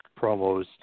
promos